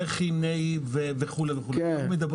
אבל מתברר שבסופו של דבר אנחנו משקיעים בחינוך ואת הילדים אנחנו מעבירים